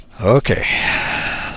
Okay